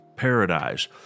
paradise